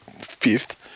fifth